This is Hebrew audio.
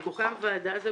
תוקם ועדה.